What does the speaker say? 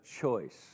choice